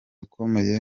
ukomeye